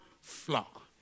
flock